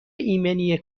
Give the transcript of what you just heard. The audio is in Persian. ایمنی